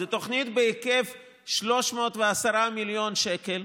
זאת תוכנית בהיקף 310 מיליון שקל,